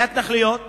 מההתנחלויות